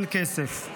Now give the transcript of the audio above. אין כסף,